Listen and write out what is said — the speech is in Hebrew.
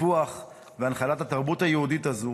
טיפוח והנחלה של התרבות היהודית הזו